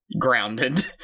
grounded